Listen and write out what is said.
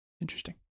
Interesting